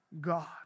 God